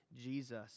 Jesus